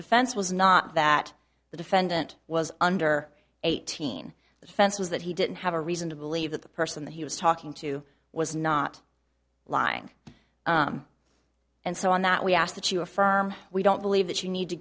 defense was not that the defendant was under eighteen the defense was that he didn't have a reason to believe that the person that he was talking to was not lying and so on that we ask that you affirm we don't believe that you need to